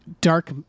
dark